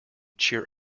cheer